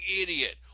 idiot